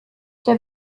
der